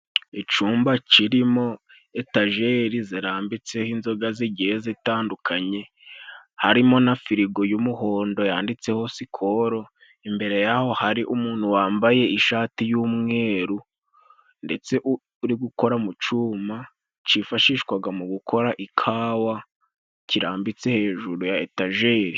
Icumba kirimo etajeri zirambitseho inzoga z'igiye zitandukanye harimo na firigo y'umuhondo yanditseho sikolo. Imbere y'aho hari umuntu wambaye ishati y'umweru, ndetse uri gukora mu cyuma cifashishwaga mu gukora ikawa, kirambitse hejuru ya etajeri.